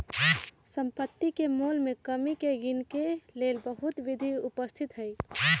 सम्पति के मोल में कमी के गिनेके लेल बहुते विधि उपस्थित हई